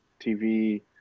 TV